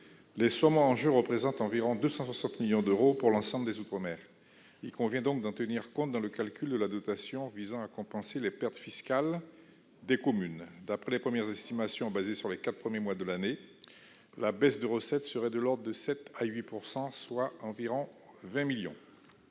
Les sommes en jeu représentent environ 260 millions d'euros pour l'ensemble des outre-mer. Il convient donc d'en tenir compte dans le calcul de la dotation visant à compenser les pertes fiscales des communes. D'après les premières estimations, fondées sur les quatre premiers mois de l'année, la baisse de recettes serait de l'ordre de 7 % à 8 %, soit environ 20 millions